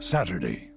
Saturday